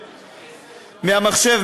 מהמחשב,